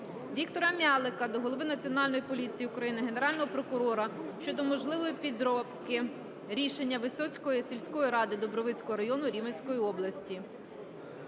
Віктора М'ялика до голови Національної поліції України, Генерального прокурора щодо можливої підробки рішення Висоцької сільської ради Дубровицького району Рівненської області.